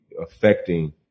affecting